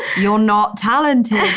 you're not talented.